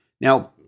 Now